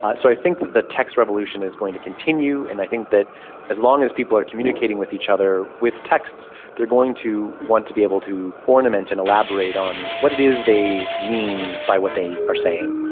so i think that the text revolution is going to continue and i think that as long as people are communicating with each other with texts, they are going to want to be able to ornament and elaborate on what it is they mean by what they are saying.